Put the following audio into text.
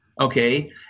okay